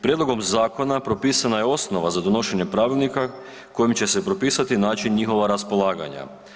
Prijedlogom zakona propisana je osnova za donošenje pravilnika kojim će se propisati način njihova raspolaganja.